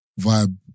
vibe